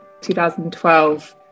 2012